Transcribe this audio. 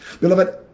beloved